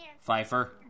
Pfeiffer